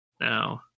now